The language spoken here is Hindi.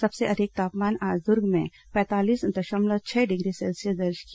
सबसे अधिक तापमान आज दुर्ग में पैंतालीस दंशमलव छह डिग्री सेल्सियस दर्ज किया